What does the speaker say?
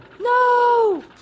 No